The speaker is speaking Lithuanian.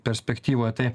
perspektyvoje tai